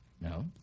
No